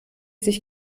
sich